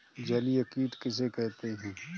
जलीय कीट किसे कहते हैं?